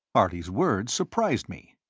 harley's words surprised me.